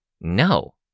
No